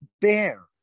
bear